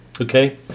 okay